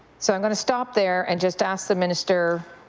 so i'm going to stop there and just ask the minister